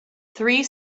three